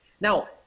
Now